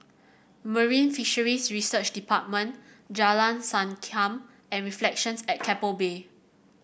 Marine Fisheries Research Department Jalan Sankam and Reflections at Keppel Bay